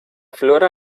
flora